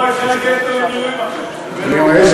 לא, אפשר לגייס אותו למילואים אחרי זה.